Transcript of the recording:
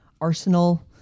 arsenal